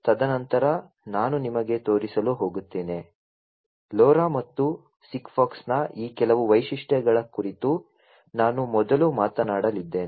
ತದನಂತರ ನಾನು ನಿಮಗೆ ತೋರಿಸಲು ಹೋಗುತ್ತೇನೆ LoRa ಮತ್ತು ಸಿಗ್ಫಾಕ್ಸ್ನ ಈ ಕೆಲವು ವೈಶಿಷ್ಟ್ಯಗಳ ಕುರಿತು ನಾನು ಮೊದಲು ಮಾತನಾಡಲಿದ್ದೇನೆ